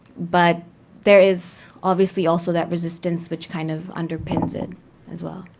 but there is obviously also that resistance which kind of underpins it as well.